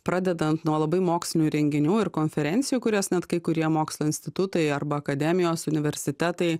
pradedant nuo labai mokslinių renginių ir konferencijų kurias net kai kurie mokslo institutai arba akademijos universitetai